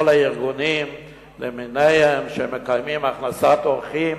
כל הארגונים למיניהם שמקיימים הכנסת אורחים